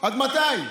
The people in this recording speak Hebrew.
עד מתי?